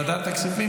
לוועדת הכספים,